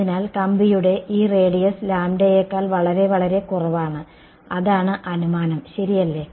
അതിനാൽ കമ്പിയുടെ ഈ റേഡിയസ് ലാംഡയേക്കാൾ വളരെ വളരെ കുറവാണ് അതാണ് അനുമാനം ശരിയല്ലേ